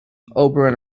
oberon